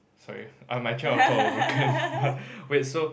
sorry I'm actually on top of wait so